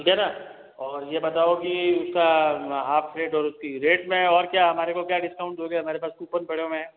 ठीक है ना और ये बताओ की उसका हाफ प्लेट और उसकी रेट में और क्या हमारे को क्या डिस्काउंट दोगे हमारे पास कूपन पड़े हुए हैं